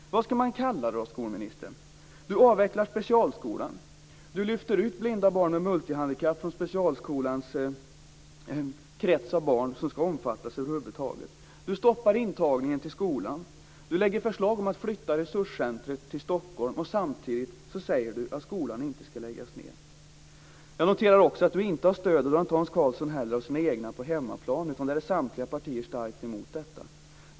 Vad ska man kalla det för, skolministern? Ministern avvecklar specialskolan, lyfter ut blinda barn med multihandikapp från specialskolans krets av barn som ska omfattas över huvud taget. Hon stoppar intagningen till skolan, lägger fram förslag om att flytta resurscentret till Stockholm och säger samtidigt att skolan inte ska läggas ned. Jag noterade också att ministern inte har stöd av Hans Karlsson och de egna på hemmaplan, utan där är samtliga partier starkt emot detta.